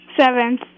Seventh